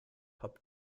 hop